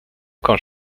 quand